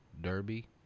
Derby